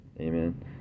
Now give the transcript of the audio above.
Amen